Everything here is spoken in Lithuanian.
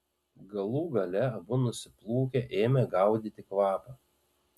galų gale abu nusiplūkę ėmė gaudyti kvapą